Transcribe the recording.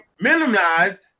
minimize